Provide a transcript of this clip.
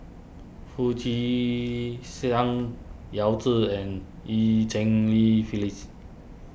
Foo Chee Siang Yao Zi and Eu Cheng Li Phyllis